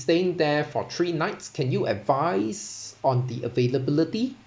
staying there for three nights can you advice on the availability